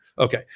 Okay